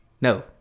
No